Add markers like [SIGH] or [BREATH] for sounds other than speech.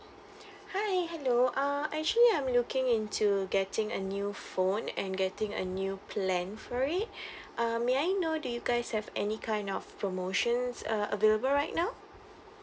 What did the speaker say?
[BREATH] hi hello uh actually I'm looking into getting a new phone and getting a new plan for it [BREATH] um may I know do you guys have any kind of promotions uh available right now